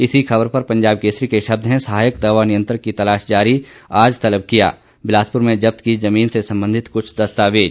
इसी खबर पर पंजाब केसरी के शब्द हैं सहायक दवा नियंत्रक की तलाश जारी आज तलब किया बिलासपूर में जब्त कि जमीन से संबंधित कुछ दस्तावेज